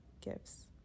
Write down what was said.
gifts